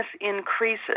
increases